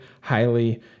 highly